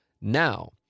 now